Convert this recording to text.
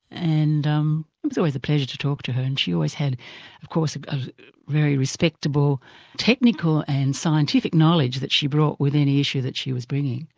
and it um was always a pleasure to talk to her, and she always had of course, a very respectable technical and scientific knowledge that she brought with any issue that she was bringing